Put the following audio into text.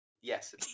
Yes